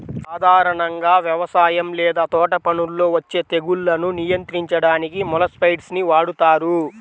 సాధారణంగా వ్యవసాయం లేదా తోటపనుల్లో వచ్చే తెగుళ్లను నియంత్రించడానికి మొలస్సైడ్స్ ని వాడుతారు